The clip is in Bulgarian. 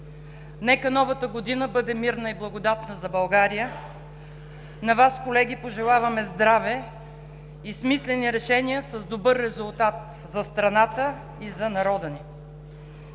Нека новата година бъде мирна и благодатна за България. На вас, колеги, пожелаваме здраве и смислени решения с добър резултат за страната и за народа ни!